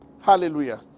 Hallelujah